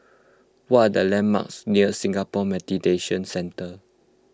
what are the landmarks near Singapore Mediation Centre